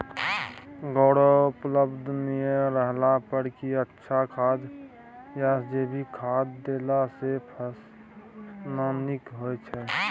गोबर उपलब्ध नय रहला पर की अच्छा खाद याषजैविक खाद देला सॅ फस ल नीक होय छै?